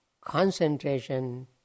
concentration